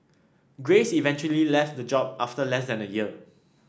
Grace eventually left the job after less than a year